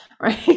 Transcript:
right